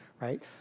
right